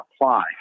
apply